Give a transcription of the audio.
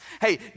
Hey